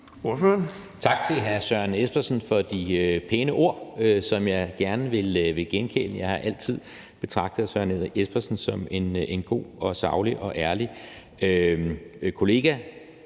Tak til hr. Søren Espersen for de pæne ord, som jeg gerne vil gengælde. Jeg har altid betragtet hr. Søren Espersen som en god, saglig og ærlig kollega,